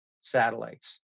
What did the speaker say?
satellites